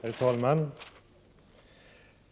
Herr talman!